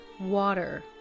water